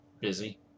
busy